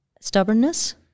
Stubbornness